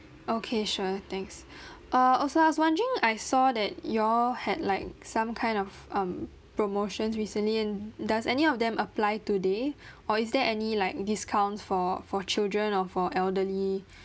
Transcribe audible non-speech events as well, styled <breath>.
okay sure thanks <breath> err oh so I was wondering I saw that y'all had like some kind of um promotions recently and does any of them apply today <breath> or is there any like discount for for children or for elderly